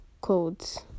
codes